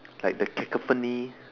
like the cacophony